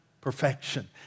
perfection